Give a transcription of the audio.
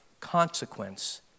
consequence